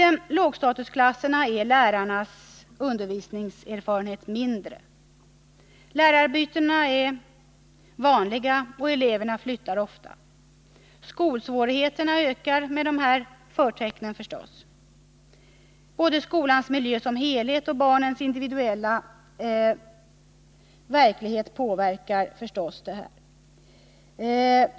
Tlågstatusklasserna är lärarnas undervisningserfarenhet mindre. Lärarbyten är vanliga och eleverna flyttar ofta. Skolsvårigheterna ökar med dessa förtecken. Både skolans miljö som helhet och barnens individuella verklighet påverkar detta.